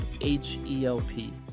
H-E-L-P